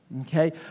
Okay